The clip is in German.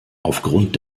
aufgrund